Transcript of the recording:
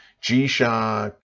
G-Shock